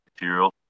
material